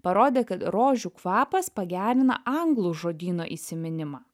parodė kad rožių kvapas pagerina anglų žodyno įsiminimą